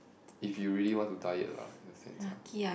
if you really want to diet lah in a sense ah